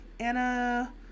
Anna